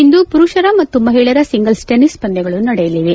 ಇಂದು ಪುರುಷರ ಮತ್ತು ಮಹಿಳೆಯರ ಸಿಂಗಲ್ಲ ಟೆನಿಸ್ ಪಂದ್ಭಗಳು ನಡೆಯಲಿವೆ